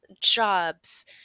jobs